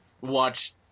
watch